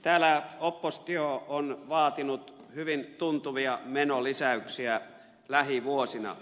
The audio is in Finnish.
täällä oppositio on vaatinut hyvin tuntuvia menonlisäyksiä lähivuosina